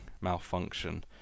malfunction